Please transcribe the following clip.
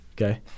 okay